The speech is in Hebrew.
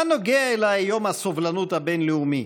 מה נוגע אליי יום הסובלנות הבין-לאומי?